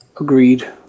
Agreed